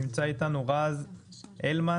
נמצא אתנו רז הילמן,